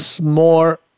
more